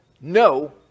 No